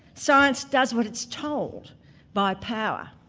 science does what it's told by power,